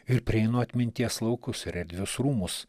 ir prieinu atminties laukus ir erdvius rūmus